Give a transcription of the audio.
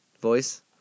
voice